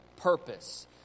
purpose